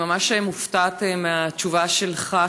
אני ממש מופתעת מהתשובה שלך,